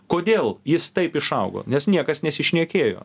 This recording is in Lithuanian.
kodėl jis taip išaugo nes niekas nesišnekėjo